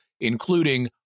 including